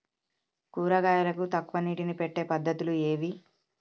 కూరగాయలకు తక్కువ నీటిని పెట్టే పద్దతులు ఏవి?